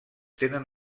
tenen